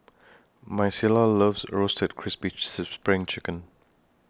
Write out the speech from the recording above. Micaela loves Roasted Crispy SPRING Chicken